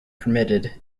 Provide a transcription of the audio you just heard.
permitted